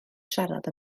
siarad